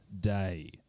day